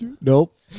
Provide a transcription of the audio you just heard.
Nope